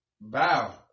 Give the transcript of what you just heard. Bow